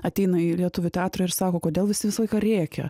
ateina į lietuvių teatrą ir sako kodėl visi visą laiką rėkia